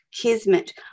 Kismet